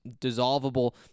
dissolvable